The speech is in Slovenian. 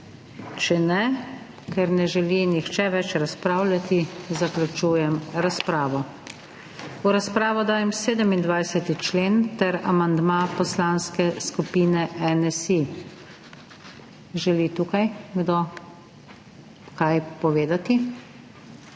(Ne.) Ker ne želi nihče več razpravljati, zaključujem razpravo. V razpravo dajem 27. člen ter amandma Poslanske skupine NSi. Želi tukaj kdo kaj povedati?